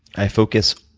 i focus,